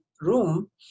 room